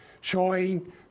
showing